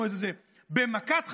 במכת חשמל,